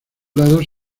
lados